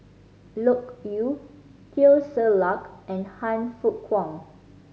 Loke Yew Teo Ser Luck and Han Fook Kwang